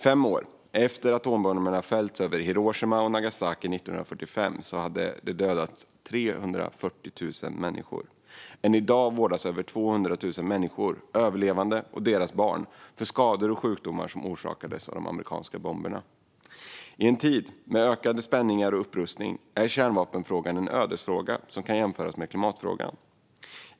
Fem år efter att atombomberna fällts över Hiroshima och Nagasaki 1945 hade de dödat 340 000 människor. Än i dag vårdas över 200 000 människor, överlevande och deras barn, för skador och sjukdomar som orsakats av de amerikanska bomberna. I en tid med ökade spänningar och upprustning är kärnvapenfrågan en ödesfråga som kan jämföras med klimatfrågan.